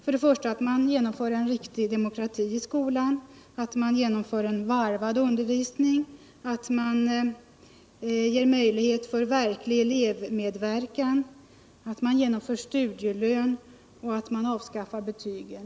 Vi begär att man genomför en riktig demokrati i skolan, åstadkommer en varvad undervisning, ger möjlighet till verklig elevmedverkan, inför studielön och avskaffar betygen.